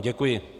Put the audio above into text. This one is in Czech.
Děkuji.